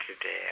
today